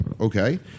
Okay